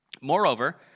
Moreover